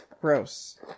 gross